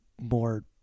more